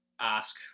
ask